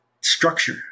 structure